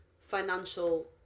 financial